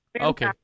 Okay